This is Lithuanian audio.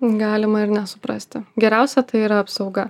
galima ir nesuprasti geriausia tai yra apsauga